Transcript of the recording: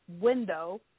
window